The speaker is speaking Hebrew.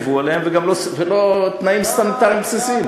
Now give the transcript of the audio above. לא עמדו בתנאים שהתחייבו להם וגם לא בתנאים הסניטריים הבסיסיים.